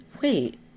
wait